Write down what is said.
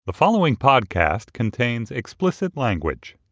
the following podcast contains explicit language